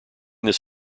this